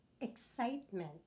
excitement